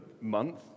month